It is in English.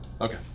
okay